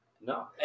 No